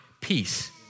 peace